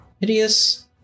hideous